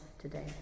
today